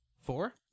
Four